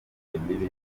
imicungire